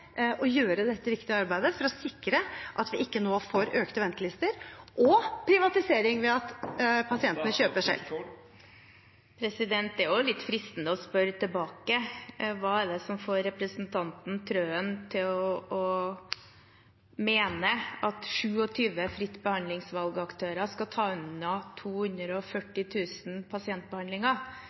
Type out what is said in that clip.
gjøre dette viktige arbeidet for å sikre at vi ikke nå får økte ventelister og privatisering ved at pasientene kjøper selv? Det er litt fristende å spørre tilbake: Hva er det som får representanten Trøen til å mene at 27 fritt behandlingsvalg-aktører skal ta unna 240 000 pasientbehandlinger?